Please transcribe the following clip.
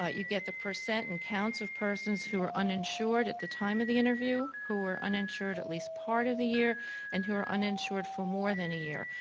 but you get the percent and counts of persons who are uninsured at the time of the interview who were uninsured at least part of the year and who are uninsured for more than a year.